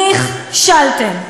נכשלתם.